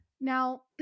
Now